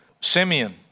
Simeon